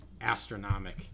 astronomic